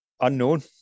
unknown